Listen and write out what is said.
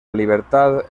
libertad